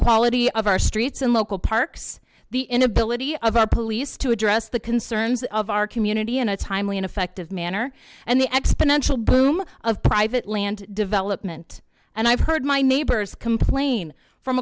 quality of our streets and local parks the inability of our police to address the concerns of our community in a timely and effective manner and the exponential boom of private land development and i've heard my neighbors complain from